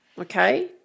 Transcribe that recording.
okay